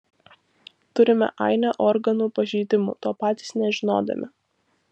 turime ainę organų pažeidimų to patys nežinodami